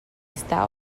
está